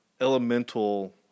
elemental